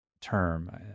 term